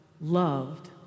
loved